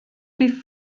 rhif